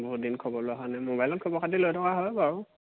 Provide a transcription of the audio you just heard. বহুদিন খবৰ লোৱা হোৱা নাই মোবাইলত খবৰ খাতি লৈ থকা হয় বাৰু